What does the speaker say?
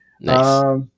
Nice